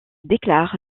déclare